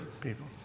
people